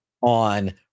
on